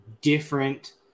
different